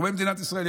בתחומי מדינת ישראל,